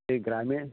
ए ग्रामे